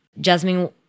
Jasmine